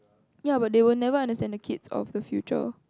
ya but they will never understand the kids of the future